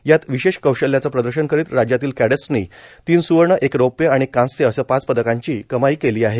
यात विशेष कौशल्याचं प्रदर्शन करीत राज्यातील कॅडेटस्नी तीन सुवर्ण एक रौप्य आणि एक कांस्य अशा पाच पदकांची कमाई केली आहे